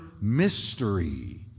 mystery